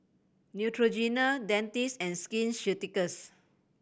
Neutrogena Dentiste and Skin Ceuticals